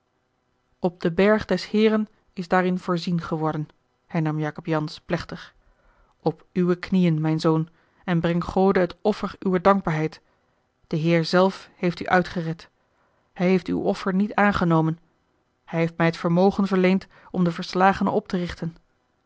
op den berg des heeren is daarin voorzien geworden hernam jacob jansz plechtig op uwe knieën mijn zoon en breng gode het offer uwer dankbaarheid de heer zelf heeft u uitgered hij heeft uw offer niet aangenomen hij heeft mij het vermogen verleend om den verslagene op te richten